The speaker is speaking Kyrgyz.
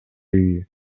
үйү